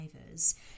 drivers